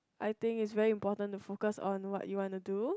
I think it's very important to focus on what you want to do